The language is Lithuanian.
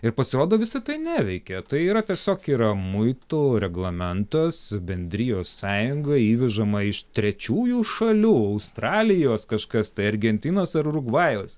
ir pasirodo visa tai neveikia tai yra tiesiog yra muitų reglamentas bendrijos sąjungoj įvežama iš trečiųjų šalių australijos kažkas tai argentinos ar urugvajaus